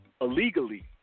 illegally